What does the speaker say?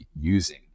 using